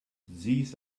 these